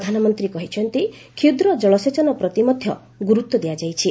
ପ୍ରଧାନମନ୍ତ୍ରୀ କହିଛନ୍ତି କ୍ଷୁଦ୍ର ଜଳସେଚନ ପ୍ରତି ମଧ୍ୟ ଗୁରୁତ୍ୱ ଦିଆଯାଇଛି